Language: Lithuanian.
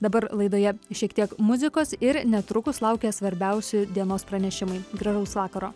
dabar laidoje šiek tiek muzikos ir netrukus laukia svarbiausi dienos pranešimai gražaus vakaro